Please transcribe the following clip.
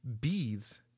Bees